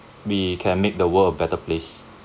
we can make the world a better place